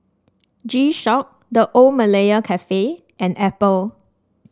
G Shock The Old Malaya Cafe and Apple